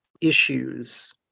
issues